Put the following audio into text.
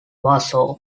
warsaw